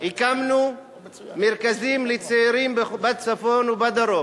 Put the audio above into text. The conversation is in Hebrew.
הקמנו מרכזים לצעירים בצפון ובדרום.